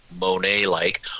Monet-like